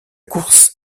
course